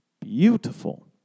Beautiful